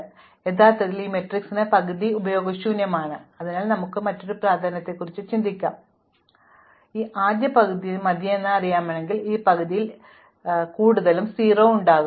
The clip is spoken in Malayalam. അതിനാൽ യഥാർത്ഥത്തിൽ ഈ മാട്രിക്സിന്റെ പകുതി ഉപയോഗശൂന്യമാണ് ഈ ആദ്യ പകുതി മതിയെന്ന് എനിക്കറിയാമെങ്കിൽ ഈ ആദ്യ പകുതിയിൽ എനിക്ക് കൂടുതലും 0 ഉണ്ടാകും